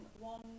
one